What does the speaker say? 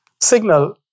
signal